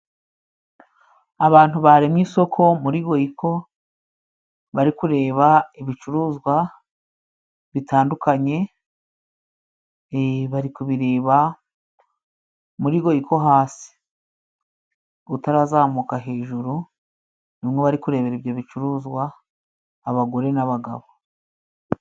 Abantu baremye isoko muri goyiko bari kureba ibicuruzwa bitandukanye bari kubireba muri goyiko hasi utarazamuka hejuru ni mwo bari kurebera ibyo bicuruzwa, abagore n'abagabo.